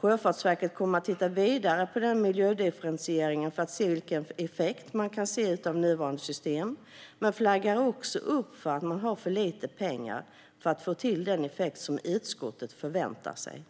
Sjöfartsverket kommer att titta vidare på den miljödifferentieringen för att se vilken effekt man kan se utav nuvarande system. Men det flaggar också för att det har för lite pengar för att få till den effekt som utskottet förväntar sig.